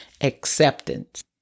acceptance